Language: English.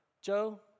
Joe